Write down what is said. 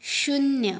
शुन्य